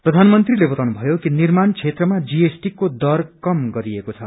प्रयानमन्त्रीले बताउनु भयो कि निर्माण क्षेत्रमा जीएसटी को दर कम गरिएको छ